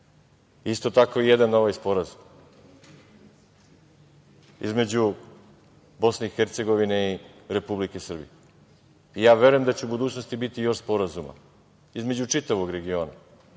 tako i ovaj sporazum između Bosne i Hercegovine i Republike Srbije. verujem da će u budućnosti biti još sporazuma između čitavog regiona,